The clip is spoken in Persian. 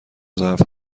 ظرف